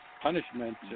punishment